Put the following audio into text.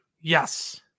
Yes